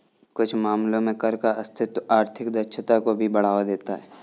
कुछ मामलों में कर का अस्तित्व आर्थिक दक्षता को भी बढ़ावा देता है